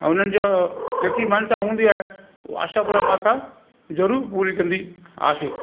हुनजा जेकी मान्यता हूंदी आहे उहा आशापूरा माता जरूर पूरी कंदी आहे